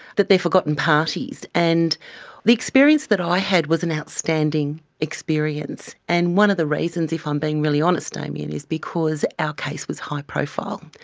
that they are forgotten parties. and the experience that i had was an outstanding experience, and one of the reasons, if i'm being really honest, damien, is because our case was high profile.